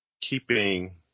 keeping